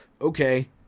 okay